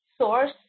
source